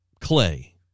clay